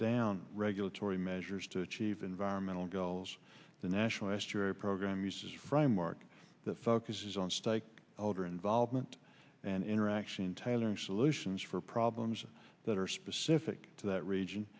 down regulatory measures to achieve environmental goals the national asteroid program uses framework that focuses on stake holder involvement and interaction tailoring solutions for problems that are specific to that region